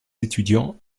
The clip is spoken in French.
étudiants